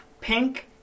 pink